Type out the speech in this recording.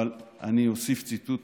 אבל אני אוסיף ציטוט